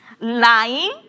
lying